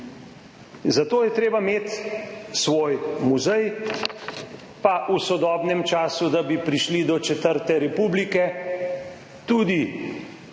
zato je treba imeti svoj muzej pa v sodobnem času, da bi prišli do četrte republike, tudi svoje